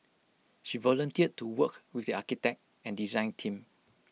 she volunteered to work with the architect and design team